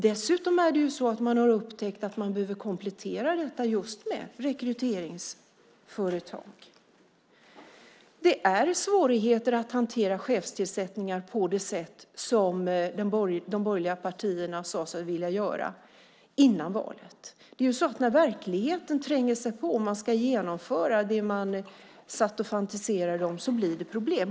Dessutom har man upptäckt att man behöver komplettera detta just med rekryteringsföretag. Det är svårigheter att hantera chefstillsättningar på det sätt som de borgerliga partierna sade sig vilja göra före valet. När verkligheten tränger sig på och man ska genomföra det man satt och fantiserade om blir det problem.